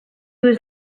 was